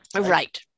Right